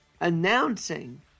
announcing